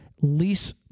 lease